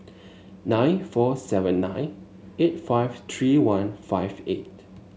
nine four seven nine eight five three one five eight